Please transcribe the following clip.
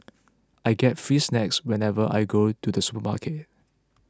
I get free snacks whenever I go to the supermarket